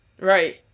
Right